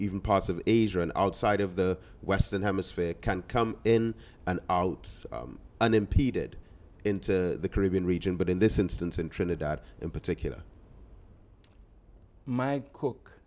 even parts of asia and outside of the western hemisphere can come in and out unimpeded into the caribbean region but in this instance in trinidad in particular my cook